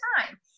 time